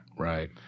Right